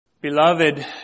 Beloved